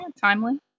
Timely